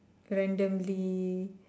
randomly